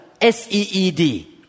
S-E-E-D